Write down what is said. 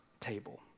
table